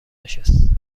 نشست